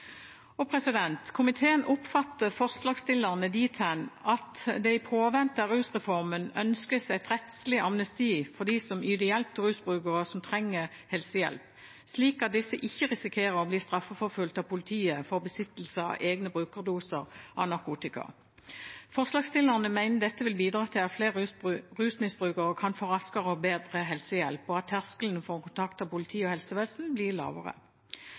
Komiteen oppfatter forslagsstillerne dit hen at det i påvente av rusreformen ønskes et rettslig amnesti for dem som yter hjelp til rusbrukere som trenger helsehjelp, slik at disse ikke risikerer å bli straffeforfulgt av politiet for besittelse av egne brukerdoser av narkotika. Forslagsstillerne mener dette vil bidra til at flere rusmisbrukere kan få raskere og bedre helsehjelp, og at terskelen for å kontakte politi og helsevesen blir